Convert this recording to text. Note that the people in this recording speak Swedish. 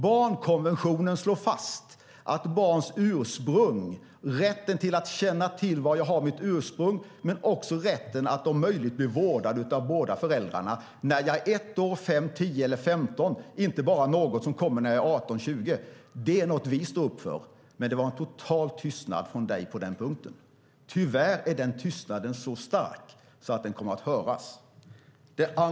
Barnkonventionen slår fast att barns ursprung, rätten att känna till sitt ursprung, och rätten att om möjligt bli vårdad av båda föräldrarna när jag är 1 år, 5, 10 eller 15, inte bara något som sker när jag är 18 eller 20, är något vi står upp för. Men det var total tystnad från dig på den punkten. Tyvärr är den tystnaden så stark att den kommer att höras.